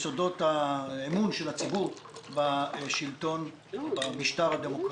יסודות האמון של הציבור בשלטון במשטר הדמוקרטי.